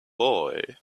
boy